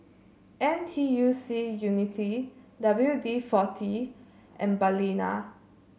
N T U C Unity W D forty and Balina